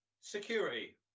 security